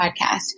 podcast